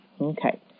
Okay